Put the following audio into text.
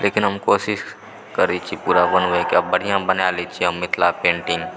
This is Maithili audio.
लेकिन हम कोशिश करैत छी पूरा बनबयके आ बढ़िआँ बना लैत छी हम मिथिला पेन्टिंग